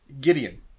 Gideon